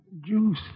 Juice